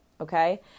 okay